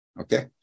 Okay